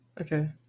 Okay